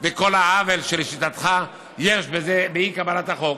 וכל העוול שלשיטתך יש באי-קבלת החוק.